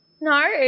No